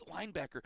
linebacker